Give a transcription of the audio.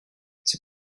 c’est